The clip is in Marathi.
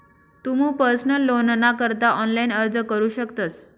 तुमू पर्सनल लोनना करता ऑनलाइन अर्ज करू शकतस